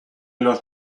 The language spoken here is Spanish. los